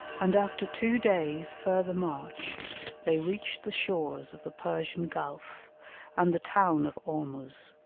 and after two days' further march they reached the shores of the persian gulf and the town of ormuz,